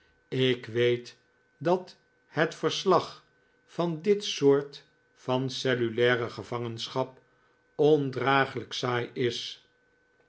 ik weet dat het verslag van dit soort van cellulaire gevangenschap ondragelijk saai is